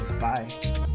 bye